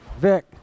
Vic